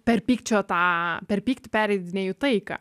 per pykčio tą per pyktį pereidinėju į taiką